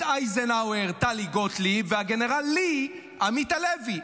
אייזנהאואר טלי גוטליב והגנרל לי עמית הלוי.